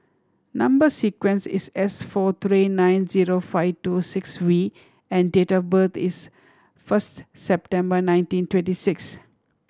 number sequence is S four three nine zero five two six V and date of birth is first September nineteen twenty six